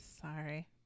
Sorry